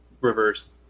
reverse